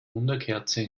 wunderkerze